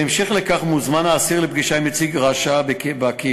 בהמשך לכך האסיר מוזמן לפגישה עם נציג רש"א בקהילה,